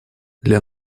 для